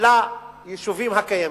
ליישובים הקיימים.